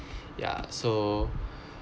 ya so